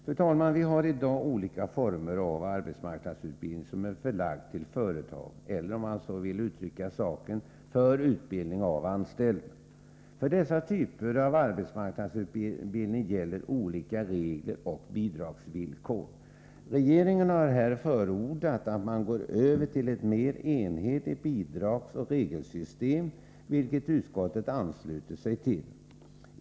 Fru talman! Vi har i dag olika former för arbetsmarknadsutbildning som är förlagd till företag eller — som man också vill uttrycka saken — för utbildning av anställda. För dessa typer av arbetsmarknadsutbildning gäller olika regler och bidragsvillkor. Regeringen har här förordat att man går över till ett mer enhetligt bidragsoch regelsystem, vilket utskottet ansluter sig till.